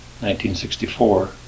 1964